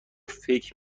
فکر